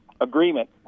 agreement